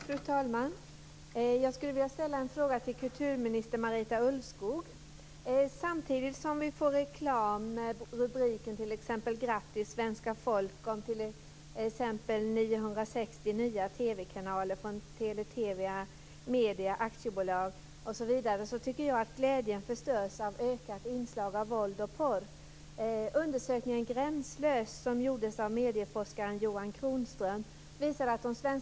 Fru talman! Jag skulle vilja ställa en fråga till kulturminister Marita Ulvskog. Samtidigt som vi får reklam med rubriken "Grattis svenska folk till 960 nya TV-kanaler" förstörs glädjen av ökade inslag av våld och porr.